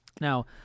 Now